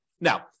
Now